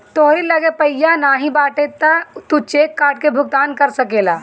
तोहरी लगे पइया नाइ बाटे तअ तू चेक काट के भुगतान कर सकेला